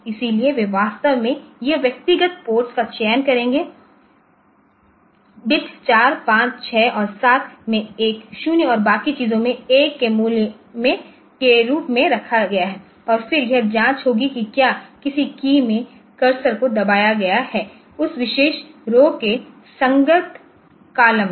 इसलिए वे वास्तव में यह व्यक्तिगत पोर्ट्स का चयन करेंगे इस बिट 4 5 6 और 7 में एक 0 और बाकी चीजों को 1 के रूप में रखा गया है और फिर यह जाँच होगी कि क्या किसी कीय में कर्सर को दबाया गया है उस विशेष रौ के संगत कॉलम में